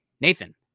Nathan